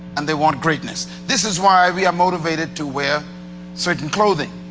and they want greatness. this is why we are motivated to wear certain clothing.